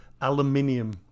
aluminium